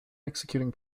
executing